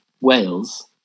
Wales